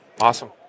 awesome